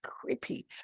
creepy